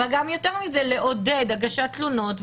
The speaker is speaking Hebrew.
אבל גם יותר מזה: לעודד הגשת תלונות.